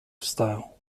style